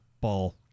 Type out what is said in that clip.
ball